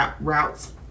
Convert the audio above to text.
routes